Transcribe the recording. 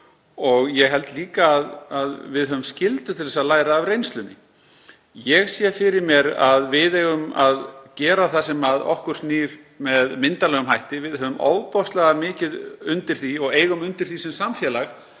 og ég held líka að við höfum skyldu til að læra af reynslunni. Ég sé fyrir mér að við eigum að gera það sem að okkur snýr með myndarlegum hætti. Við eigum ofboðslega mikið undir því sem samfélag